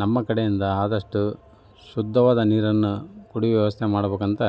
ನಮ್ಮ ಕಡೆಯಿಂದ ಆದಷ್ಟು ಶುದ್ಧವಾದ ನೀರನ್ನು ಕುಡಿಯುವ ವ್ಯವಸ್ಥೆ ಮಾಡಬೇಕಂತ